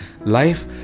Life